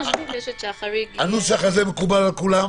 הממשלה מבקשת שהחריג יהיה --- הנוסח הזה מקובל על כולם?